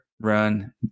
run